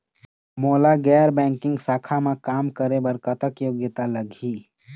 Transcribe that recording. मोला गैर बैंकिंग शाखा मा काम करे बर कतक योग्यता लगही?